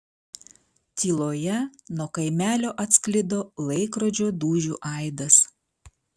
tyloje nuo kaimelio atsklido laikrodžio dūžių aidas